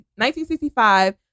1965